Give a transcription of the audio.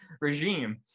regime